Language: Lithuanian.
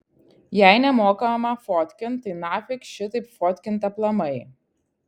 jei nemokama fotkint tai nafik šitaip fotkint aplamai